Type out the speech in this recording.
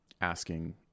asking